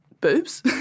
boobs